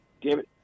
David